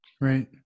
Right